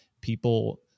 people